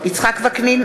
יצחק וקנין,